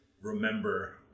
remember